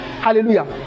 Hallelujah